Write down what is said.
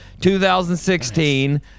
2016